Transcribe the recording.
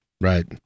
Right